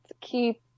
keep